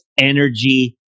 energy